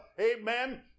Amen